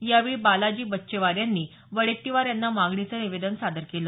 यावेळी बालाजी बच्चेवार यांनी वडेट्टीवार यांना मागणीचं निवेदनही दिलं